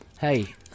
Hey